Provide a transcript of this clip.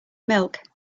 milk